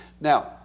Now